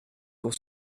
pour